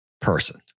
person